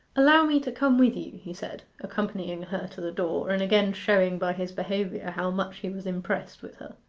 allow me to come with you he said, accompanying her to the door, and again showing by his behaviour how much he was impressed with her.